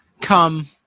come